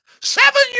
seven